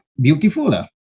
beautiful